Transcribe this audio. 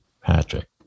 Patrick